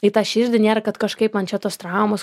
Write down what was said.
į tą širdį nėra kad kažkaip man čia tos traumos